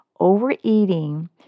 Overeating